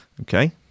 Okay